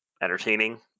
entertaining